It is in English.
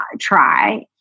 try